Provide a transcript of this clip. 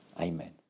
Amen